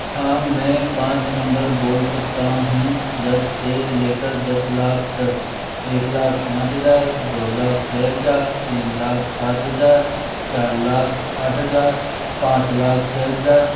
हाँ मैं पाँच नंबर बोल सकता हूँ दस से लेकर दस लाख तक एक लाख पाँच हजार दो लाख छः हजार तीन लाख सात हजार चार लाख आठ हजार पाँच लाख छः हजार